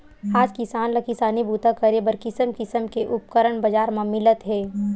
आज किसान ल किसानी बूता करे बर किसम किसम के उपकरन बजार म मिलत हे